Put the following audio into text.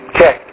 Okay